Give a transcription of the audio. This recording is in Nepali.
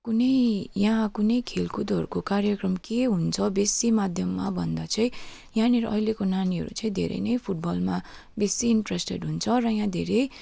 कुनै यहाँ कुनै खेलकुदहरूको कार्यक्रम के हुन्छ बेसी माध्यममा भन्दा चाहिँ यहाँनिर अहिलेको नानीहरू चाहिँ धेरै नै फुटबलमा बेसी इन्ट्रेस्टेड हुन्छ र यहाँ धेरै